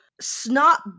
snot